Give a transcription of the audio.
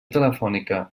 telefònica